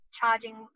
charging